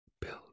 build